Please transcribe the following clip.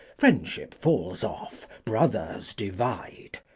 friendship falls off, brothers divide.